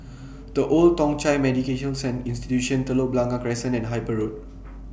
The Old Thong Chai Medical Institution Telok Blangah Crescent and Harper Road